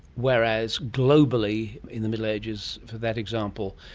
whereas globally in the middle ages, for that example,